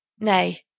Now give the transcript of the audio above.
Nay